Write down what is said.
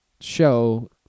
show